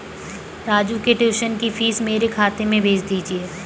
राजू के ट्यूशन की फीस मेरे खाते में भेज दीजिए